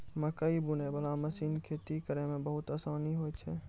मकैइ बुनै बाला मशीन खेती करै मे बहुत आसानी होय छै